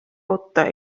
oota